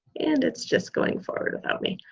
and it's just going forward about me.